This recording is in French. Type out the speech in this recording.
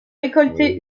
récolté